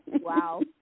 Wow